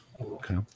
Okay